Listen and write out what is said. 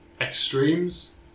extremes